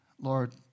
Lord